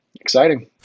exciting